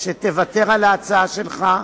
שתוותר על ההצעה שלך.